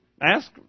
Ask